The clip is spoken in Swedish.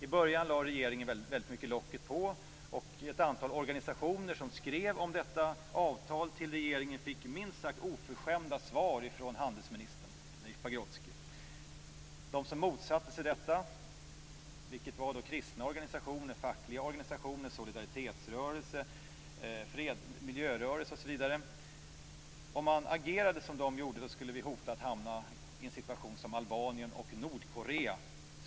I början lade regeringen locket på, och ett antal organisationer som skrev till regeringen om avtalet fick minst sagt oförskämda svar från handelsminister Leif Pagrotsky. Enligt ministern skulle Sverige om man agerade som de som motsatte sig avtalet - kristna organisationer, fackliga organisationer, solidaritetsrörelser, miljörörelser osv. - hamna i en situation som Albanien och Nordkorea.